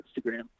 instagram